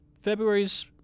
February's